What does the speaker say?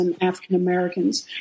African-Americans